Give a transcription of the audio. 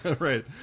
Right